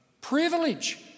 Privilege